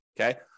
okay